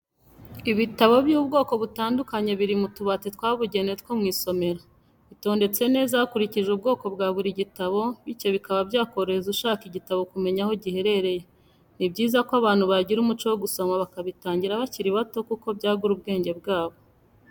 Ibitabo by'ubwoko butandukanye biri mu tubati twabugenewe two mu isomero, bitondetse neza hakurikijwe ubwo bwa buri gitabo bityo bikaba byakorohereza ushaka igitabo kumenya aho giherereye, ni byiza ko abantu bagira umuco wo gusoma bakabitangira bakiri bato kuko byagura ubwenge bwabo.